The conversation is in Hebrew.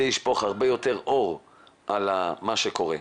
זה ישפוך הרבה יותר אור על מה שקורה.